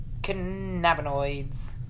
cannabinoids